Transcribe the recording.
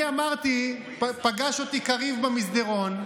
פגש אותי קריב במסדרון,